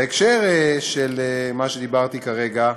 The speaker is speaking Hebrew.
בהקשר של מה שדיברתי עליו כרגע,